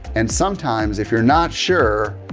and sometimes, if you're not sure,